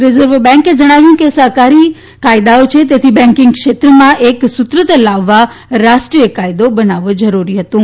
reserve બેન્કે જણાવ્યું છે કે સહકારી કાયદાઓ છે તેથી બેન્કિંગ ક્ષેત્રમાં એકસૂત્રતા લાવવા રાષ્ટ્રીય કાયદો બનાવવો જરૂરી હતું